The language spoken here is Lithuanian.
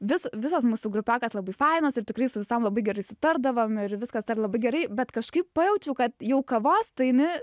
vis visos mūsų grupiokės labai fainos ir tikrai su visom labai gerai sutardavom ir viskas ten labai gerai bet kažkaip pajaučiau kad jau kavos tu eini